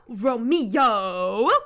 Romeo